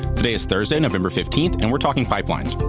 today is thursday, november fifteenth, and we're talking pipelines.